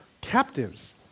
captives